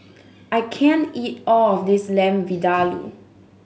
I can't eat all of this Lamb Vindaloo